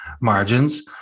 margins